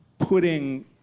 putting